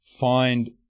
find